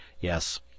Yes